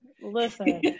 listen